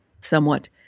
somewhat